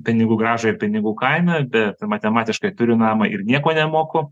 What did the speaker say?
pinigų grąžą ir pinigų kainą bet matematiškai turiu namą ir nieko nemoku